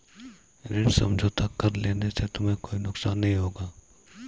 ऋण समझौता कर लेने से तुम्हें कोई नुकसान नहीं होगा